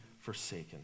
forsaken